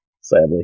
sadly